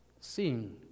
seeing